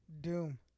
Doom